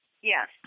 Yes